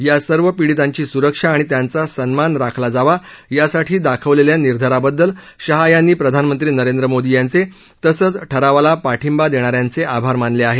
या सर्व पिडीतांची सुरक्षा आणि त्यांचा सन्मान राखला जावा यासाठी दाखवलेल्या निर्धाराबद्दल शाह यांनी प्रधानमंत्री नरेंद्र मोदी यांचे तसंच ठरावाला पाठिंबा देणाऱ्यांचे आभारही मानले आहेत